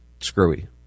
screwy